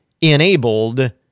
enabled